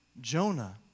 Jonah